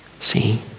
see